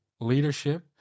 leadership